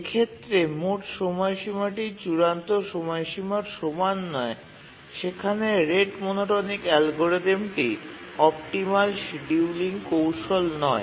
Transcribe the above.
যে ক্ষেত্রে মোট সময়সীমাটি চূড়ান্ত সময়সীমার সমান নয় সেখানে রেট মনোটোনিক অ্যালগরিদমটি অপটিমাল শিডিউলিং কৌশল নয়